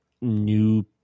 new